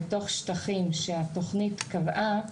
לתוך שטחים שהתוכנית קבעה,